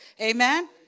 Amen